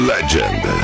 Legend